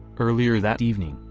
earlier that evening,